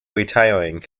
retiring